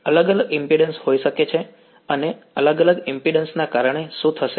અલગ અલગ ઈમ્પિડ્ન્સ હોઈ શકે છે અને અલગ અલગ ઈમ્પિડ્ન્સ ના કારણે શું થશે